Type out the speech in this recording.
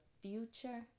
future